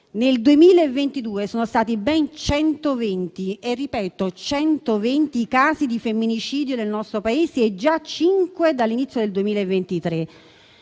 Nel 2022 sono stati ben 120 - ripeto 120 - i casi di femminicidio nel nostro Paese e già 5 dall'inizio del 2023: